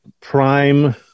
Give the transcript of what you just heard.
prime